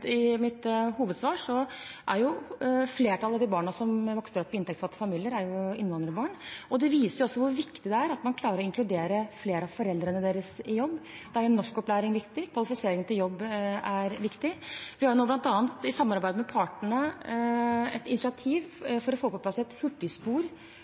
mitt hovedsvar, er flertallet av de barna som vokser opp i inntektsfattige familier, innvandrerbarn. Det viser hvor viktig det er at man klarer å inkludere flere av foreldrene deres i jobb. Her er norskopplæring viktig, og kvalifisering til jobb er viktig. Vi har bl.a., i samarbeid med partene, tatt et initiativ